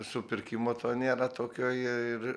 supirkimo to nėra tokio ir